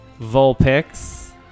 Vulpix